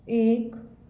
एक